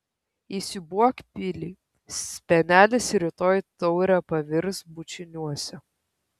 įsiūbuok pilį spenelis rytoj taure pavirs bučiniuose